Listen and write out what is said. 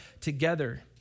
together